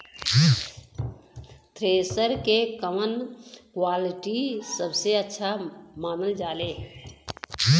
Thresher के कवन quality सबसे अच्छा मानल जाले?